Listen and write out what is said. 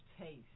taste